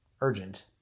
urgent